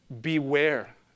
Beware